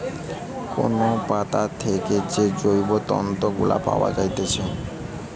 কোন পাতা থেকে যে জৈব তন্তু গুলা পায়া যাইতেছে